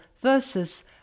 versus